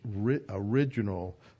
original